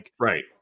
Right